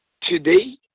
Today